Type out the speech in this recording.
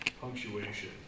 punctuation